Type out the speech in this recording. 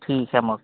ठीक आहे मग